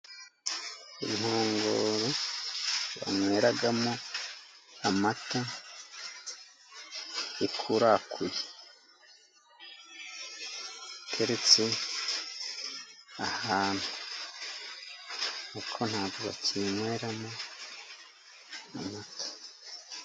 Inkongoro banyweramo amata ikurakuye, iteretse ahantu ariko ntabwo bakiyinyweramo amata.